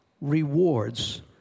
rewards